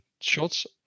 shots